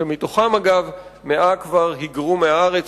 ומתוכם 100 כבר היגרו מהארץ,